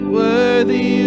worthy